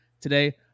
Today